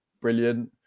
brilliant